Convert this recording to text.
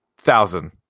Thousand